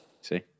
see